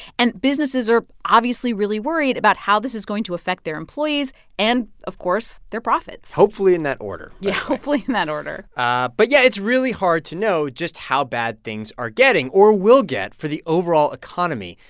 and businesses are obviously really worried about how this is going to affect their employees and, and, of course, their profits hopefully in that order yeah, hopefully in that order but yeah, it's really hard to know just how bad things are getting or will get for the overall economy,